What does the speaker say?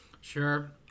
Sure